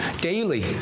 daily